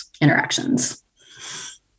interactions